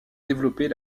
développer